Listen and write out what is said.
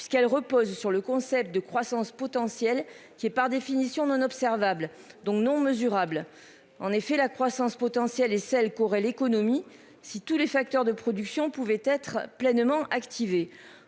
puisqu'elle repose sur le concept de croissance potentielle qui est par définition non observables donc non mesurable, en effet, la croissance potentielle et celle qu'aurait l'économie si tous les facteurs de production pouvait être pleinement activées.